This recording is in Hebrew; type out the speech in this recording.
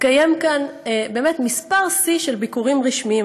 התקיים כאן באמת מספר שיא של ביקורים רשמיים.